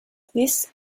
this